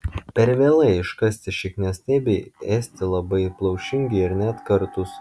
per vėlai iškasti šakniastiebiai esti labai plaušingi ir net kartūs